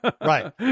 right